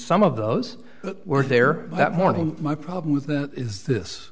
some of those that were there that morning my problem with that is this